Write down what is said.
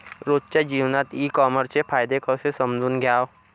रोजच्या जीवनात ई कामर्सचे फायदे कसे समजून घ्याव?